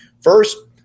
first